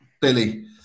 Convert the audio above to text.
Billy